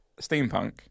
steampunk